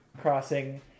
Crossing